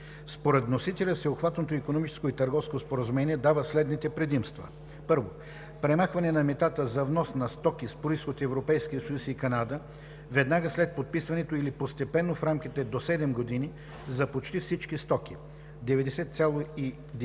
Според вносителя Всеобхватното икономическо и търговско споразумение дава следните предимства: - Премахване на митата за внос на стоки с произход от Европейския съюз и Канада веднага след подписването или постепенно в рамките до 7 години за почти всички стоки – 99,6